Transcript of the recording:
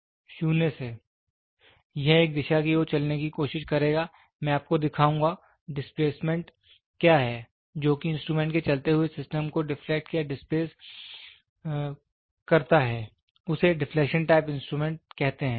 0 से यह एक दिशा की ओर चलने की कोशिश करेगा मैं आपको दिखाऊंगा डिस्प्लेसमेंट क्या है जोकि इंस्ट्रूमेंट के चलते हुए सिस्टम को डिफलेक्ट या डिस्प्लेस करता है उसे डिफलेक्शन टाइप इंस्ट्रूमेंट कहते हैं